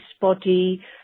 body